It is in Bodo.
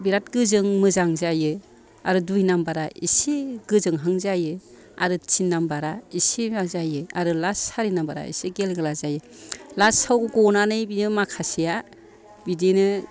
बिराद गोजों मोजां जायो आरो दुय नाम्बारा एसे गोजोंहां जायो आरो थिन नाम्बारा एसे मोजां जायो आरो लास सारि नाम्बारा एसे गेल गेला जायो लासाव गनानै बियो माखासेआ बिदिनो